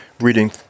reading